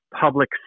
public